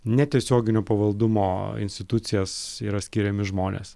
ne tiesioginio pavaldumo institucijas yra skiriami žmonės